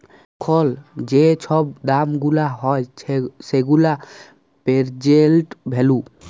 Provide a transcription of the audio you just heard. এখল যে ছব দাম গুলা হ্যয় সেগুলা পের্জেল্ট ভ্যালু